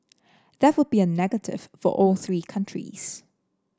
that would be a negative for all three countries